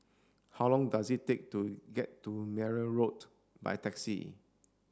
how long does it take to get to Merryn Road by taxi